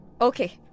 Okay